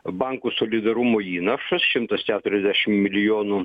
bankų solidarumo įnašas šimtas keturiasdešim milijonų